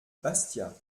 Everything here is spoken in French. bastia